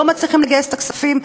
לא מצליחים לגייס את הכספים,